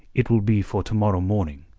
it will be for to-morrow morning,